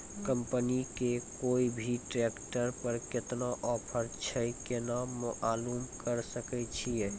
Company के कोय भी ट्रेक्टर पर केतना ऑफर छै केना मालूम करऽ सके छियै?